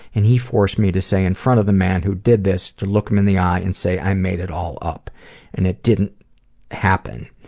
and he forced me to say, in front of the man who did this, to look him in the eye and say i made it all up and it didn't happen.